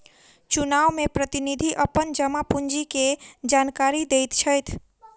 चुनाव में प्रतिनिधि अपन जमा पूंजी के जानकारी दैत छैथ